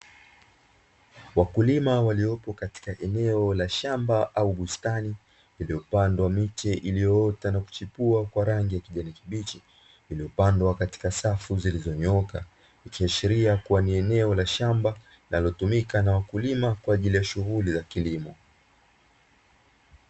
Wakulima waliopo katika eneo la shamba au bustani iliyopandwa miche iliyoota na kuchipua kwa rangi ya kijani kibichi, iliyopandwa katika safu zilizonyooka ikiashiria kuwa ni eneo la shamba linalotumika na wakulima kwa ajili ya shughuli ya kilimo.